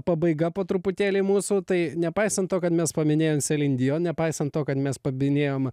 pabaiga po truputėlį mūsų tai nepaisant to kad mes paminėjom selin dijon nepaisant to kad mes pabinėjom